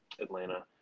Atlanta